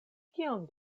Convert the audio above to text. kion